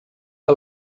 que